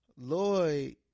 Lloyd